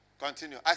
Continue